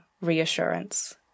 reassurance